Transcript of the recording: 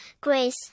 grace